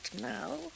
now